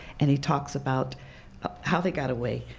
and he talks about how they got away,